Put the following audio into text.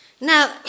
Now